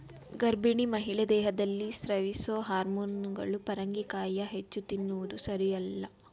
ಗರ್ಭಿಣಿ ಮಹಿಳೆ ದೇಹದಲ್ಲಿ ಸ್ರವಿಸೊ ಹಾರ್ಮೋನುಗಳು ಪರಂಗಿಕಾಯಿಯ ಹೆಚ್ಚು ತಿನ್ನುವುದು ಸಾರಿಯಲ್ಲ